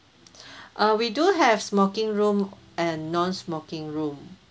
uh we do have smoking room and non-smoking room